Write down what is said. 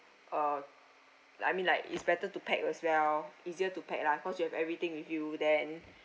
uh like I mean like it's better to pack as well easier to pack lah because you have everything with you then